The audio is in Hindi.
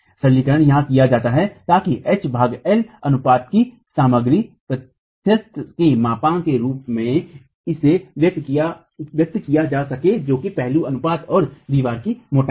सरलीकरण यहां किया जाता है ताकि H भाग L अनुपात की सामग्री प्रत्यास्थ के मापांक के रूप में इसे व्यक्त किया जा सके जो कि पहलू अनुपात और दीवार की मोटाई है